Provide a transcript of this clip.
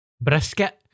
Brisket